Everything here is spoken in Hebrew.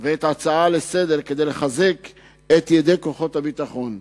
ואת ההצעה לסדר-היום כדי לחזק את ידי כוחות הביטחון.